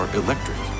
electric